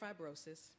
fibrosis